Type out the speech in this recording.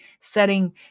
setting